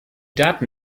daten